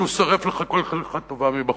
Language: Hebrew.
ששורף לך כל חלקה טובה מבחוץ.